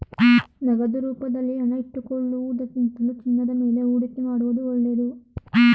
ನಗದು ರೂಪದಲ್ಲಿ ಹಣ ಇಟ್ಟುಕೊಳ್ಳುವುದಕ್ಕಿಂತಲೂ ಚಿನ್ನದ ಮೇಲೆ ಹೂಡಿಕೆ ಮಾಡುವುದು ಒಳ್ಳೆದು